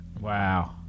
Wow